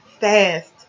fast